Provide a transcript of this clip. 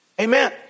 Amen